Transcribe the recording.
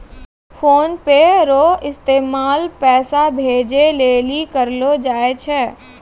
PhonePe रो इस्तेमाल पैसा भेजे लेली करलो जाय छै